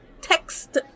text